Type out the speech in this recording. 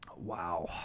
Wow